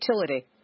utility